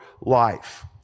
life